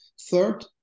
Third